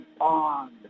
on